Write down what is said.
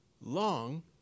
long